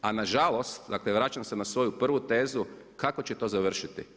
A nažalost, dakle, vraćam se na svoju prvu tezu, kako će to završiti.